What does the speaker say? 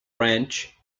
branch